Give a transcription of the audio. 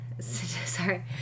Sorry